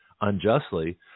unjustly